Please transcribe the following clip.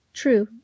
true